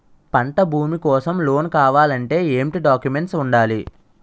పంట భూమి కోసం లోన్ కావాలి అంటే ఏంటి డాక్యుమెంట్స్ ఉండాలి?